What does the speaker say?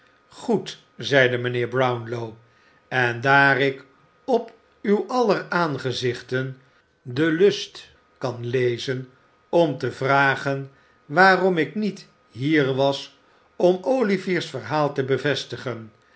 goed zeide mijnheer brownlow en daar ik op uw aller aangezichten den lust kan lezen om te vragen waarom ik niet hier was om olivier's verhaal te bevestigen